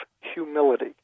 humility